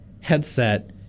headset